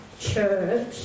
church